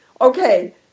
Okay